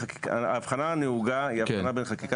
ההבחנה הנהוגה היא הבחנה בין חקיקה